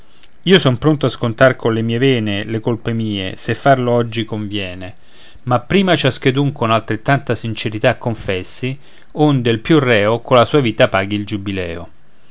io son pronto a scontar colle mie vene le colpe mie se farlo oggi conviene ma prima ciaschedun con altrettanta sincerità confessi onde il più reo colla sua vita paghi il giubileo